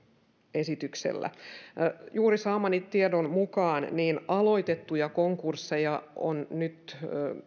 esityksellä juuri saamani tiedon mukaan aloitettuja konkursseja on nyt